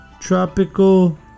Tropical